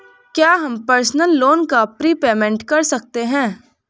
क्या हम personal loan का प्रीपेमेंट कर सकते हैं?